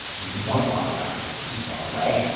we we don't want to adopt it. it's too far away.